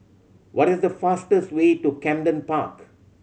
what is the fastest way to Camden Park